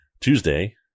Tuesday